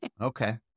okay